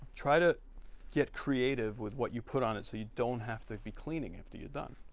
try to get creative with what you put on it so you don't have to be cleaning after you done.